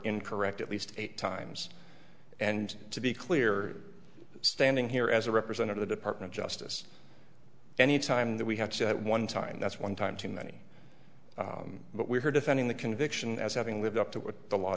in correct at least eight times and to be clear standing here as a representative of department justice any time that we had set one time that's one time too many but we heard defending the conviction as having lived up to what the law